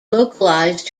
localised